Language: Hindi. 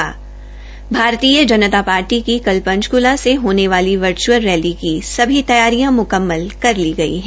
भारतीय जनता पार्टी की कल पंचकला से होने वाली वर्चअल रैली की सभी तैयारियां मुकम्मल कर ली गई हैं